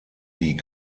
die